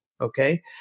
Okay